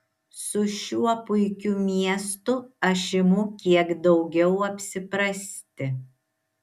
su šiuo puikiu miestu aš imu kiek daugiau apsiprasti